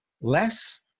less